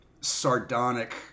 sardonic